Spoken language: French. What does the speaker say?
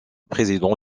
président